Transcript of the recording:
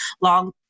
long